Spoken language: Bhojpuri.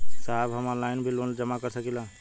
साहब हम ऑनलाइन भी लोन जमा कर सकीला?